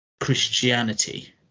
Christianity